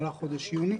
במהלך חודש יוני.